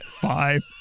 five